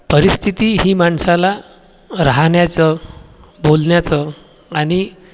परिस्थिती ही माणसाला राहण्याचं बोलण्याचं आणि